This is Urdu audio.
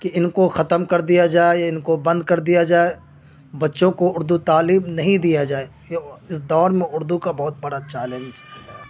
کہ ان کو ختم کر دیا جائے ان کو بند کر دیا جائے بچوں کو اردو تعلیم نہیں دیا جائے اس دور میں اردو کا بہت بڑا چیلنج ہے